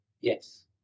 yes